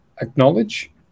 acknowledge